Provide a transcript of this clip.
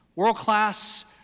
World-class